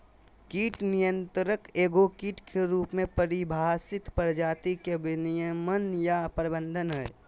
कीट नियंत्रण एगो कीट के रूप में परिभाषित प्रजाति के विनियमन या प्रबंधन हइ